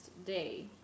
day